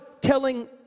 telling